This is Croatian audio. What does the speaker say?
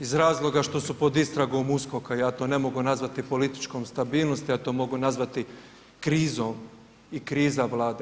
iz razloga što su pod istragom USKOK-a, ja to ne mogu nazvati političkom stabilnosti, ja to mogu nazvati krizom i kriza Vlade.